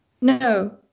No